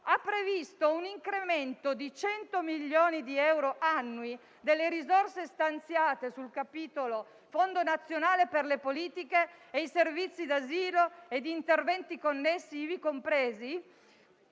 ha previsto un incremento di 100 milioni di euro annui delle risorse stanziate sul capitolo Fondo nazionale per le politiche e i servizi di asilo e degli interventi connessi, ivi compresi